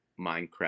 Minecraft